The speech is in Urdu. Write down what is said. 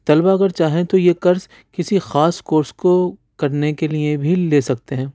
طلبا اگر چاہیں تو یہ قرض کسی خاص کورس کو کرنے کے لئے بھی لے سکتے ہیں